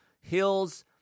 Hills